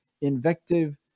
invective